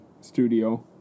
studio